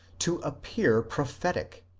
to appear prophetic.